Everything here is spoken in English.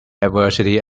adversity